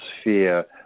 sphere